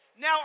Now